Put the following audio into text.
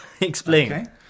Explain